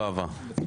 לא עבר.